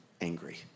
angry